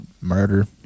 murder